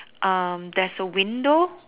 um there is a window